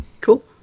Cool